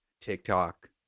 TikTok